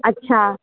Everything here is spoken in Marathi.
अच्छा